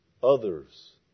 Others